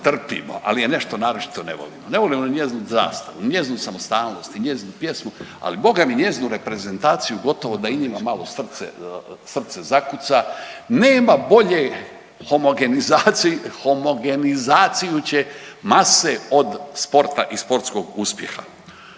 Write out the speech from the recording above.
al je nešto naročito ne volimo, ne volimo njezinu zastavu, njezinu samostalnost i njezinu pjesmu, ali Boga mi njezinu reprezentaciju gotovo da i njima malo srce, srce zakuca, nema bolje, homogenizaciju će mase od sporta i sportskog uspjeha,